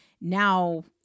Now